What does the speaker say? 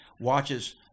watches